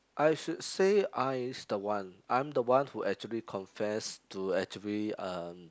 I should say I is the one I'm the one who actually confess to actually um